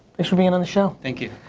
thanks for being on the show. thank you.